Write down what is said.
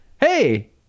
hey